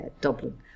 Dublin